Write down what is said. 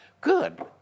Good